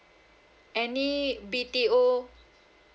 any B_T_O